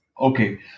Okay